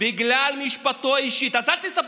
בגלל משפטו האישי.